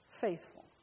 faithful